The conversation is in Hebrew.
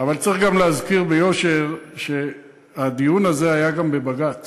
אבל צריך גם להזכיר ביושר שהדיון הזה היה גם בבג"ץ,